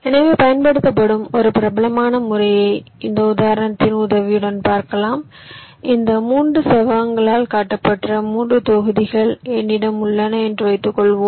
எனவே பயன்படுத்தப்படும் ஒரு பிரபலமான முறையை இந்த உதாரணத்தின் உதவியுடன் பார்க்கலாம் இந்த 3 செவ்வகங்களால் காட்டப்பட்ட 3 தொகுதிகள் என்னிடம் உள்ளன என்று வைத்துக்கொள்வோம்